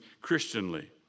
Christianly